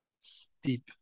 steep